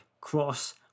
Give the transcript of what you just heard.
cross